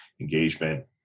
engagement